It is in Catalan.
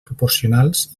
proporcionals